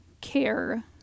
care